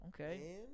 okay